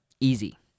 Easy